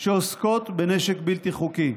שעוסקות בנשק בלתי חוקי.